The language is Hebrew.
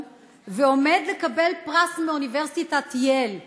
ועומד לקבל פרס מאוניברסיטת ייל היוקרתית.